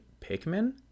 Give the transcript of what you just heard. Pikmin